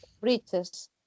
bridges